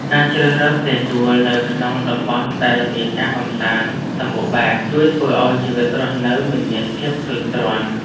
ការជ្រើសរើសផ្ទះជួលនៅក្នុងតំបន់ដែលមានការកម្សាន្តសម្បូរបែបជួយធ្វើឱ្យជីវិតរស់នៅមិនមានភាពធុញទ្រាន់។